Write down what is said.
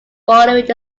following